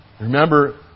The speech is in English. Remember